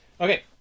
Okay